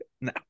No